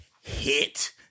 hit